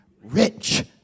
rich